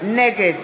נגד